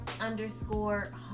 underscore